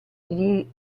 gli